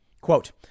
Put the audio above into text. Quote